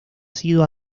sido